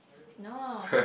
no